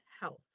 health